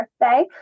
birthday